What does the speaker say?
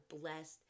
blessed